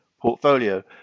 portfolio